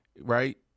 right